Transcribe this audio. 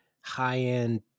high-end